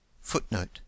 Footnote